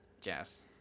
jazz